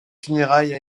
funérailles